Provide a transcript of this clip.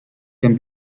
can